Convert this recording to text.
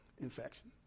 infection